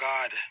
God